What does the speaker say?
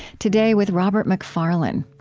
today, with robert macfarlane.